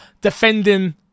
Defending